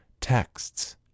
texts